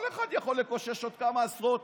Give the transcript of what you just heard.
כל אחד יכול לקושש עוד כמה עשרות